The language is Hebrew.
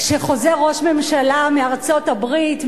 כשחוזר ראש ממשלה מארצות-הברית,